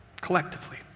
collectively